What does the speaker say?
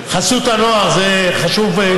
חסות הנוער זה חשוב?